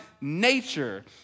nature